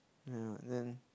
ya then